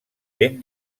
ben